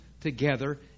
together